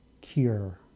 cure